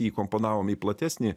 įkomponavom į platesnį